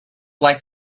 like